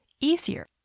easier